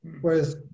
Whereas